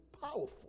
powerful